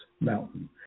mountain